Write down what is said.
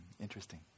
Interesting